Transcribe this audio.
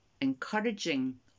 encouraging